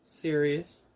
serious